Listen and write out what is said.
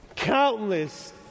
Countless